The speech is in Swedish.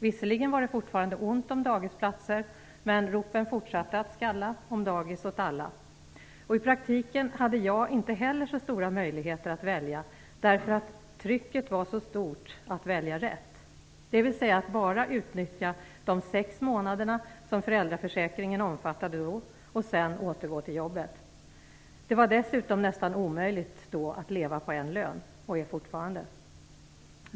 Visserligen var det fortfarande ont om dagisplatser, men ropen fortsatte att skalla om dagis åt alla. I praktiken hade inte jag heller så stora möjligheter att välja, därför att trycket var så stort att välja rätt, dvs. att bara utnyttja de sex månader som föräldraförsäkringen då omfattade och sedan återgå till jobbet. Det var dessutom nästan omöjligt då att leva på en lön, och det är det fortfarande.